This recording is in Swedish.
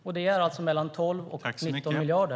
Det kostar alltså mellan 12 och 19 miljarder.